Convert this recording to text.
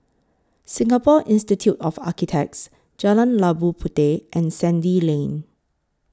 Singapore Institute of Architects Jalan Labu Puteh and Sandy Lane